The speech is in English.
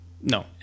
No